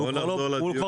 והוא כבר לא עבור ספורט.